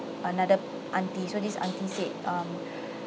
another aunty so this aunty said um